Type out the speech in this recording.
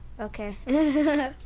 okay